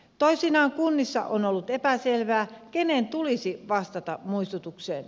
toisinaan kunnissa on ollut epäselvää kenen tulisi vastata muistutukseen